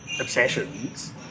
obsessions